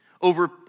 over